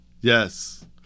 Yes